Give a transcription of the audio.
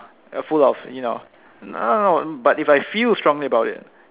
full of you know no no no but if I feel strongly about it